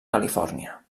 califòrnia